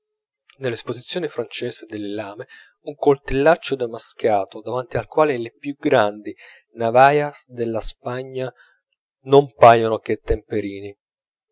nell'esposizione francese delle lame un coltellaccio damascato davanti al quale le più grandi navajas della spagna non paiono che temperini